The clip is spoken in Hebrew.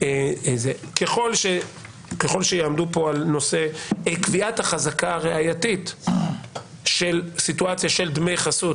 ככל שיעמדו כאן על נושא קביעת החזקה הראייתית של סיטואציה של דמי חסות